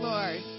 Lord